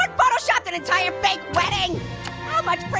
um photoshopped an entire fake wedding. how much free